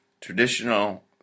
traditional